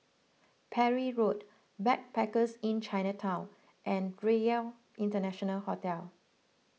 Parry Road Backpackers Inn Chinatown and Relc International Hotel